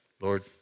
Lord